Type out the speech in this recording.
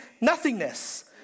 nothingness